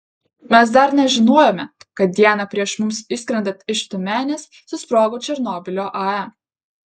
mes dar nežinojome kad dieną prieš mums išskrendant iš tiumenės susprogo černobylio ae